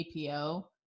apo